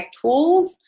tools